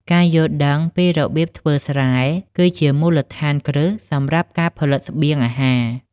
ការយល់ដឹងពីរបៀបធ្វើស្រែ គឺជាមូលដ្ឋានគ្រឹះសម្រាប់ការផលិតស្បៀងអាហារ។